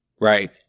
right